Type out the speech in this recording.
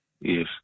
Yes